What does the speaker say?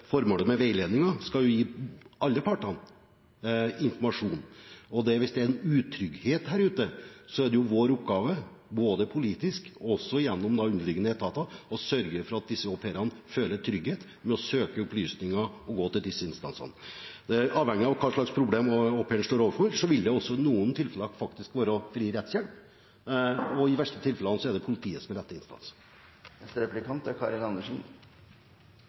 vår oppgave, både politisk og gjennom underliggende etater, å sørge for at disse au pairene føler trygghet ved å søke opplysninger hos disse instansene. Avhengig av hva slags problemer en au pair står overfor, vil det i noen tilfeller være fri rettshjelp, og i de verste tilfellene er det politiet som er rette instans. Statsråden ramser opp en rekke ting som regjeringen har gjort, men det viktigste regjeringen har gjort, er